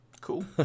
Cool